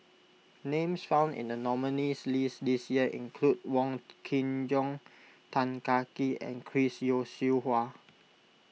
names found in the nominees' list this year include Wong Kin Jong Tan Kah Kee and Chris Yeo Siew Hua